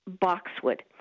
boxwood